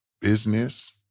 business